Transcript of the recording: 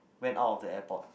went out of the airport